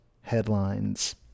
headlines